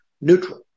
neutral